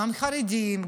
גם חרדים,